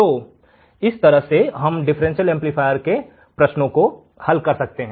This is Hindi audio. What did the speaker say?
तो इस तरह से हम डिफरेंशियल एंपलीफायर के प्रश्नों को हल कर सकते हैं